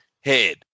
head